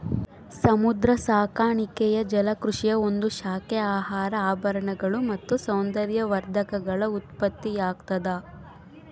ಸಮುದ್ರ ಸಾಕಾಣಿಕೆಯು ಜಲಕೃಷಿಯ ಒಂದು ಶಾಖೆ ಆಹಾರ ಆಭರಣಗಳು ಮತ್ತು ಸೌಂದರ್ಯವರ್ಧಕಗಳ ಉತ್ಪತ್ತಿಯಾಗ್ತದ